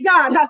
God